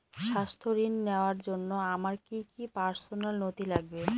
স্বাস্থ্য ঋণ নেওয়ার জন্য আমার কি কি পার্সোনাল নথি লাগবে?